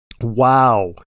wow